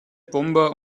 bomber